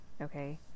okay